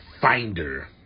finder